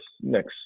next